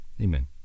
amen